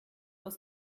aus